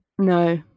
No